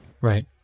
Right